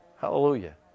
Hallelujah